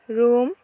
Rome